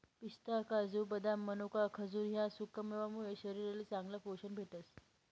पिस्ता, काजू, बदाम, मनोका, खजूर ह्या सुकामेवा मुये शरीरले चांगलं पोशन भेटस